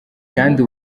kandi